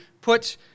put